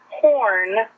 porn